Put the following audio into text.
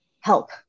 help